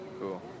Cool